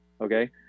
okay